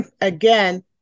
again